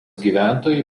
gyventojai